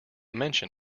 mention